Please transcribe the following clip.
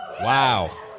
Wow